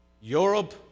Europe